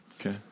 okay